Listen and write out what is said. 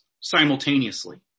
simultaneously